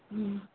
ꯎꯝ